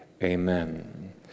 Amen